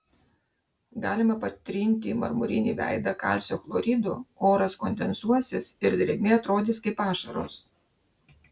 galima patrinti marmurinį veidą kalcio chloridu oras kondensuosis ir drėgmė atrodys kaip ašaros